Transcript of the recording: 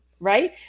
Right